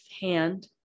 hand